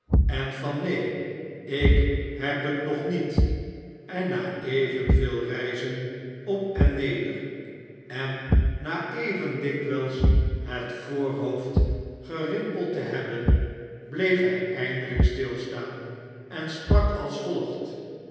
en van neen ik heb het nog niet en na evenveel reizen op en neder en na even dikwijls het voorhoofd gerimpeld te hebben bleef hij eindelijk stilstaan en sprak als volgt